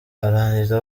arangiza